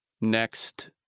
next